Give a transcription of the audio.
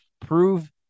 Prove